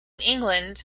england